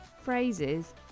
phrases